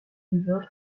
river